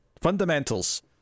fundamentals